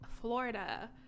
florida